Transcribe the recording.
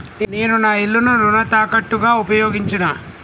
నేను నా ఇల్లును రుణ తాకట్టుగా ఉపయోగించినా